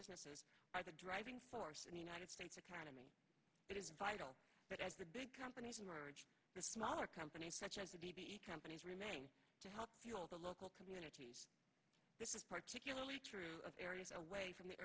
businesses are the driving force in the united states attorney it is vital but at the big companies merge the smaller companies such as the b b companies remain to help the local communities this is particularly true of areas away from the